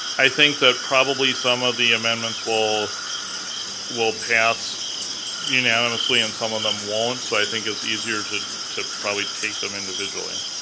i think that probably some of the amendments will will pass unanimously and some of them won't. so i think it's easier to to probably take them individually.